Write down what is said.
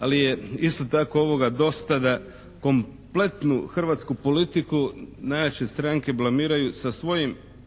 Ali je isto tako dosta da kompletnu hrvatsku politiku najjače stranke blamiraju sa svojim